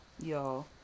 y'all